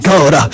God